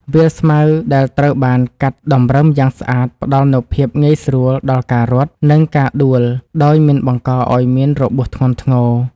វាលស្មៅដែលត្រូវបានកាត់តម្រឹមយ៉ាងស្អាតផ្ដល់នូវភាពងាយស្រួលដល់ការរត់ និងការដួលដោយមិនបង្កឱ្យមានរបួសធ្ងន់ធ្ងរ។